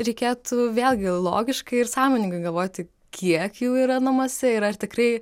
reikėtų vėlgi logiškai ir sąmoningai galvoti kiek jų yra namuose ir ar tikrai